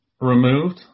removed